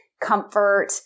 comfort